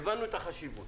הבנו את החשיבות.